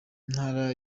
intara